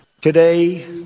Today